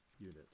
Unit